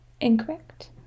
Incorrect